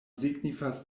signifas